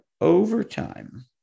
overtime